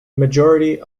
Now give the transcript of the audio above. majority